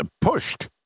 pushed